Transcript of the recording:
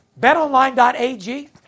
BetOnline.ag